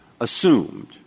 assumed